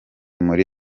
muri